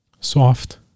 Soft